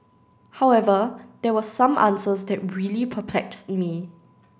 however there were some answers that really perplexed me